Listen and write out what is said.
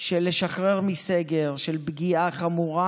של לשחרר מסגר, של פגיעה חמורה,